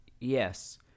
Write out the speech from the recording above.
yes